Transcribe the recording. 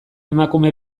emakume